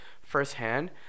firsthand